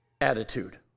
attitude